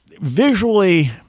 visually